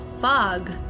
fog